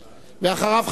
ואחריו,